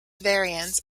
variants